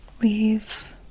leave